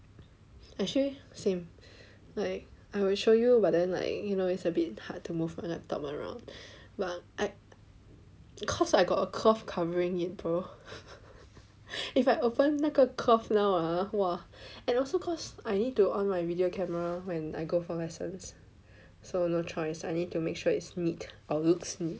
actually same like I will show you but then like you know it's a bit hard to move my laptop around cause I got a cloth covering it bro if I open 那个 cloth now ah !wah! and also cause I need to on my video camera when I go for lessons so no choice I need to make sure it's neat or looks neat